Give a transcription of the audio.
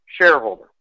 shareholder